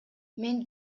мен